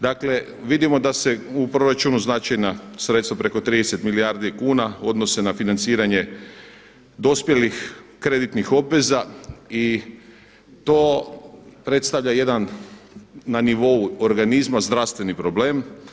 Dakle, vidimo da se u proračunu značajna sredstva, preko 30 milijardi kuna odnose na financiranje dospjelih kreditnih obveza i to predstavlja jedan na nivou organizma zdravstveni problem.